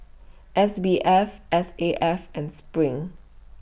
S B F S A F and SPRING